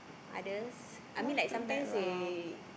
others I mean like sometimes they